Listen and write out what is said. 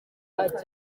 ati